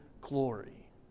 glory